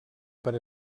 per